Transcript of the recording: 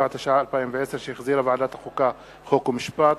7), התש"ע 2010, שהחזירה ועדת החוקה, חוק ומשפט.